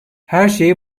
herşeyi